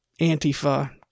Antifa